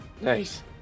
Nice